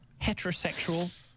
heterosexual